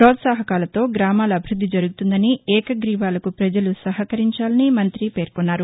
ప్రోత్సహకాలతో గ్రామాల అభివృద్ది జరుగుతుందనీ ఏకగ్రీవాలకు ప్రజలు సహకరించాలనీ మం్తి పేర్కొన్నారు